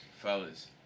fellas